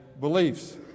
beliefs